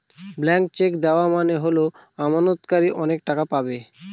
blank cheque দেওয়া মানে হল আমানতকারী অনেক টাকা পাবে